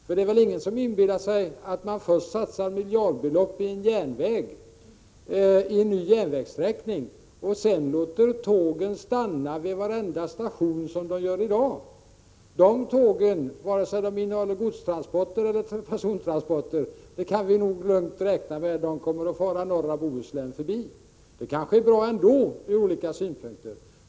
För det är väl ingen som inbillar sig att man först satsar miljardbelopp på en ny järnvägssträckning och sedan låter tågen stanna vid varenda station — som de gör i dag. Vare sig det gäller persontransporter eller godstransporter kan vi nog lugnt räkna med att de tågen kommer att fara förbi norra Bohuslän. Det kanske ändå är bra ur olika synpunkter.